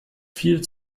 viel